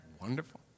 wonderful